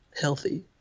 healthy